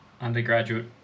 undergraduate